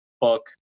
book